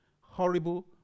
Horrible